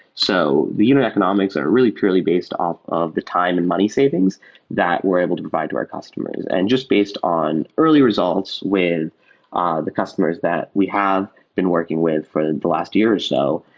so the unit economics are really purely based off of the time and money savings that we're able to provide to our customers, and just based on early results with ah the customers that we have been working with for the last year or so,